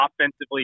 offensively